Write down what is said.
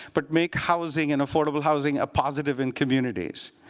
but make housing and affordable housing a positive in communities.